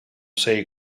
sei